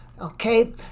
Okay